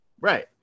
right